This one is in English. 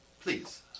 Please